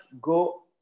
go